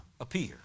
appear